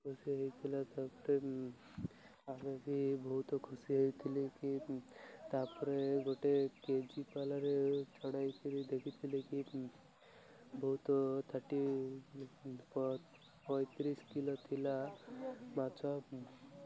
ଖୁସି ହେଇଥିଲା ତା'ପରେ ଆମେ ବି ବହୁତ ଖୁସି ହେଇଥିଲା କି ତା'ପରେ ଗୋଟେ କେ ଜି ପାଲରେ ଚଣାଇ କିରି ଦେଖିଥିଲେ କି ବହୁତ ଥାର୍ଟି ପଇଁତିରିଶ କିଲୋ ଥିଲା ମାଛ